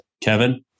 Kevin